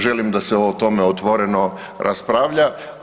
Želim da se o tome otvoreno raspravlja.